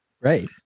Right